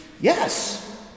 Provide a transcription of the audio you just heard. Yes